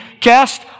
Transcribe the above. cast